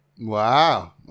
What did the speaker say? Wow